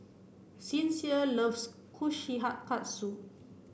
Sincere loves